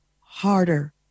harder